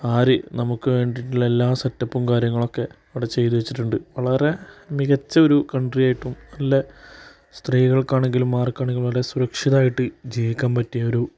ആര് നമുക്ക് വേണ്ടിയിട്ടുള്ള എല്ലാ സെറ്റപ്പും കാര്യങ്ങളൊക്കെ അവിടെ ചെയ്തു വച്ചിട്ടുണ്ട് വളരെ മികച്ച ഒരു കണ്ട്രിയായിട്ടും നല്ല സ്ത്രീകൾക്കാണെങ്കിലും അർക്കാണെങ്കിലും വളരെ സുരക്ഷിതമായിട്ട് ജീവിക്കാൻ പറ്റിയ ഒരു